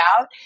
out